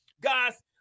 Guys